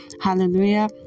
Hallelujah